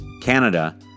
Canada